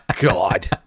God